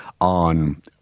on